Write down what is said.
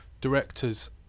directors